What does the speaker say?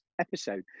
episode